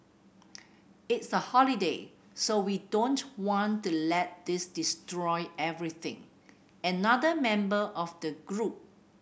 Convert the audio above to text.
it's a holiday so we don't want to let this destroy everything another member of the group